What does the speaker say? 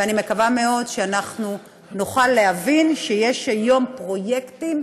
ואני מקווה מאוד שאנחנו נוכל להבין שיש היום פרויקטים,